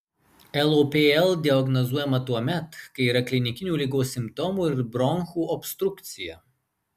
lopl diagnozuojama tuomet kai yra klinikinių ligos simptomų ir bronchų obstrukcija